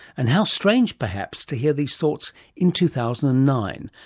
and how strange perhaps to hear these thoughts in two thousand and nine,